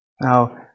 Now